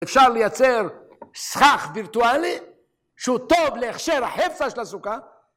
‫אפשר לייצר סכך וירטואלי, ‫שהוא טוב להכשר החפש של הסוכה